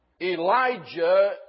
Elijah